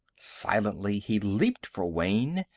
silently, he leaped for wayne.